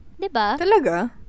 Talaga